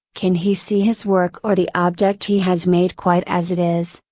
can he see his work or the object he has made quite as it is,